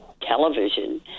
television